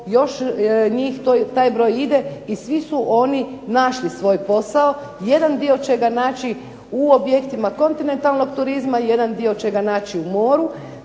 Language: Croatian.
Još njih taj broj ide i svi su oni našli svoj posao. Jedan dio će ga naći u objektima kontinentalnog turizma, jedan dio će ga naći u moru